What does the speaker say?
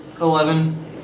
Eleven